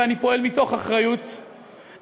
ואני פועל מתוך אחריות לביטחונם,